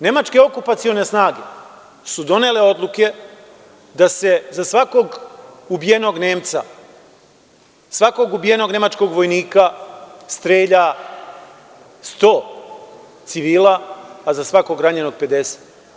Nemačke okupacione snage su donele odluke da se za svakog ubijenog Nemca, svakog ubijenog nemačkog vojnika strelja 100 civila, a za svakog ranjenog 50.